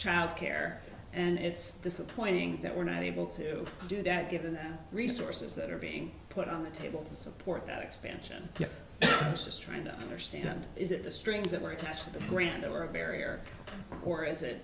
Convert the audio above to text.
child care and it's disappointing that we're not able to do that given the resources that are being put on the table to support that expansion is trying to understand is that the strings that were attached to the grant or a barrier or is it